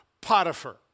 Potiphar